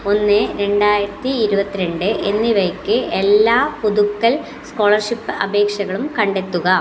ഒന്ന് രണ്ടായിരത്തി ഇരുപത്തിരണ്ട് എന്നിവയ്ക്ക് എല്ലാ പുതുക്കൽ സ്കോളർഷിപ്പ് അപേക്ഷകളും കണ്ടെത്തുക